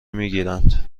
میگیرند